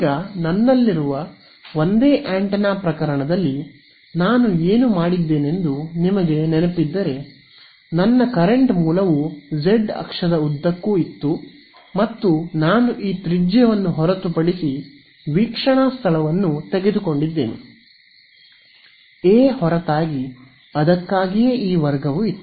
ಈಗ ಇಲ್ಲಿರುವ ಒಂದೇ ಆಂಟೆನಾ ಪ್ರಕರಣದಲ್ಲಿ ನಾನು ಏನು ಮಾಡಿದ್ದೇನೆಂದು ನಿಮಗೆ ನೆನಪಿದ್ದರೆ ನನ್ನ ಕರೆಂಟ್ ಮೂಲವು ಜೆಡ್ ಅಕ್ಷದ ಉದ್ದಕ್ಕೂ ಇತ್ತು ಮತ್ತು ನಾನು ಈ ತ್ರಿಜ್ಯವನ್ನು ಹೊರತುಪಡಿಸಿ ವೀಕ್ಷಣಾ ಸ್ಥಳವನ್ನು ತೆಗೆದುಕೊಂಡಿದ್ದೇನೆ ಎ ಹೊರತಾಗಿ ಅದಕ್ಕಾಗಿಯೇ ಈ ವರ್ಗವು ಇತ್ತು